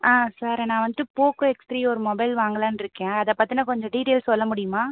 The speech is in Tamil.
ஆ சார் நான் வந்துவிட்டு போக்கோ எக்ஸ் த்ரி ஒரு மொபைல் வாங்கலாம்னு இருக்கேன் அதை பற்றின கொஞ்சம் டீட்டெயில்ஸ் சொல்ல முடியுமா